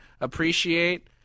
appreciate